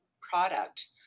product